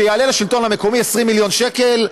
שיעלה לשלטון המקומי 20 מיליון שקל,